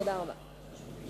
תודה רבה.